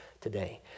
today